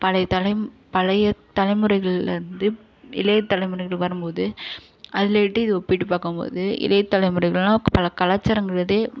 பழைய தலை பழைய தலைமுறைகள்லேருந்து இளைய தலைமுறைகள் வரும் போது அதுலேட்டு இது ஒப்பீட்டு பார்க்கும் போது இளைய தலைமுறைகள்லாம் பல கலாச்சாரங்கிறதே